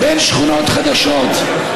שכונות חדשות,